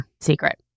secret